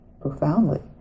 profoundly